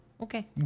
okay